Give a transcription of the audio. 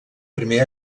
primer